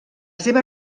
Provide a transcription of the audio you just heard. seva